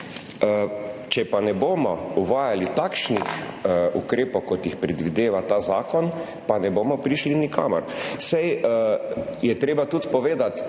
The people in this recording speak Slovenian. če pa ne bomo uvajali takšnih ukrepov, kot jih predvideva ta zakon, pa ne bomo prišli nikamor. Saj je treba povedati